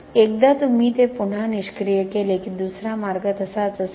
एकदा तुम्ही ते पुन्हा निष्क्रिय केले की दुसरा मार्ग तसाच असेल